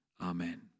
Amen